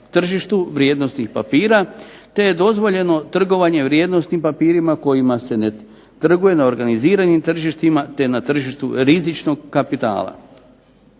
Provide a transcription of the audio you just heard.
tržištu vrijednosnih papira, te je dozvoljeno trgovanje vrijednosnim papirima kojima se ne trguje na organiziranim tržištima, te na tržištu rizičnog kapitala.